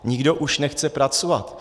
Nikdo už nechce pracovat.